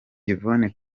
yvonne